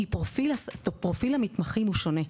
כי פרופיל המתמחים הוא שונה,